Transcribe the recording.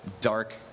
dark